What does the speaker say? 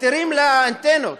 היתרים לאנטנות